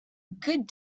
good